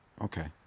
okay